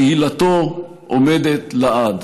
תהילתו עומדת לעד.